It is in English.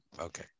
okay